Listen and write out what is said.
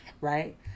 right